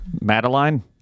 Madeline